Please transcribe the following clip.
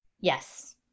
Yes